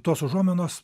tos užuominos